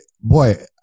boy